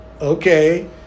okay